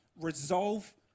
resolve